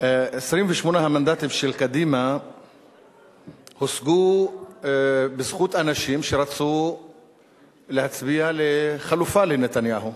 28 המנדטים של קדימה הושגו בזכות אנשים שרצו להצביע לחלופה לנתניהו,